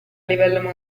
livello